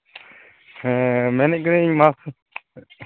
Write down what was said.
ᱦᱮᱸ ᱢᱮᱱᱮᱫ ᱠᱟᱹᱱᱟᱹᱧ